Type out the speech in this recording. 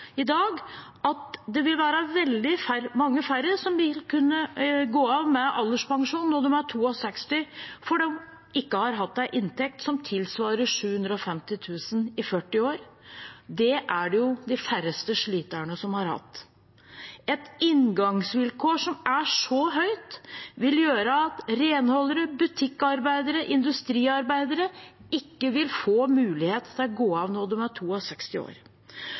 at det ville være veldig mange færre som ville kunne gå av med alderspensjon når de 62 år, fordi de ikke har hatt en inntekt som tilsvarer 750 000 kr i 40 år. Det er det de færreste av sliterne som har hatt. Et inngangsvilkår som er så høyt, vil gjøre at renholdere, butikkarbeidere og industriarbeidere ikke vil få mulighet til å gå av når de er 62 år.